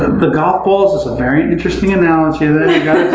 the golf balls is a very interesting analogy well